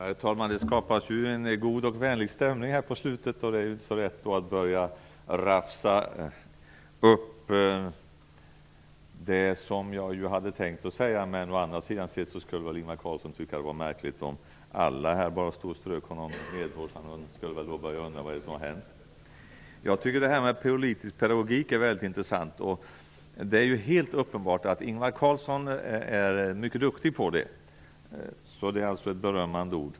Herr talman! Det skapas en god och vänlig stämning i slutet av debatten. Det är därför inte så lätt att börja ta upp det som jag hade tänkt säga. Men Ingvar Carlsson skulle väl tycka att det var märkligt om alla bara strök honom medhårs. Han skulle nog börja undra vad som hade hänt. Jag tycker att politisk pedagogik är väldigt intressant. Det är helt uppenbart att Ingvar Carlsson är mycket duktig på det. Det är alltså ett berömmande ord.